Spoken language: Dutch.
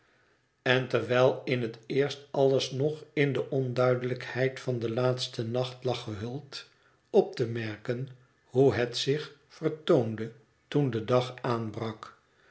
en terwijl in het eerst alles nog in de onduidelijkheid van den laatsten nacht lag gehuld op te merken hoe het zich vertoonde toen de dag aanbrak